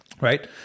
right